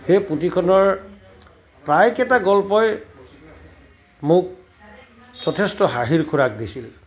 সেই পুথিখনৰ প্ৰায়কেইটা গল্পই মোক যথেষ্ট হাঁহিৰ খোৰাক দিছিল